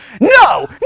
no